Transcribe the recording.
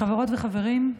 חברות וחברים,